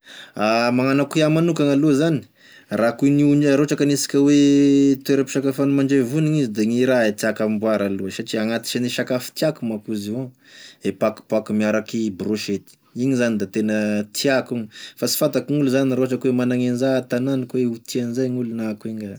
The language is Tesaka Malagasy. Magnano akoia magnokany aloa zany rako anio raha ohatry ka anisikany hoe toera fisakafoana mandray vonina izy da e raha e tiako amboary aloa satria agnatisane sakafo tiako manko izy io e pakopako miaraky brochety igny zany da tena tiako igny sy fantako gn'olo zany ka hoe managn'eniza iaho a tanany any ka ho tia an'iza gn'olo na akony nga.